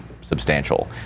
substantial